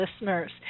listeners